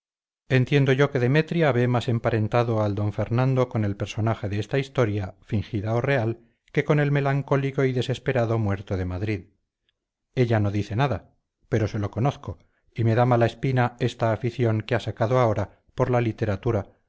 goitia entiendo yo que demetria ve más emparentado al d fernando con el personaje de esta historia fingida o real que con el melancólico y desesperado muerto de madrid ella no dice nada pero se lo conozco y me da mala espina esta afición que ha sacado ahora por la literatura